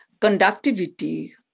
conductivity